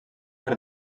per